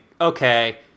Okay